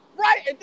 Right